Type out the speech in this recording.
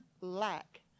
lack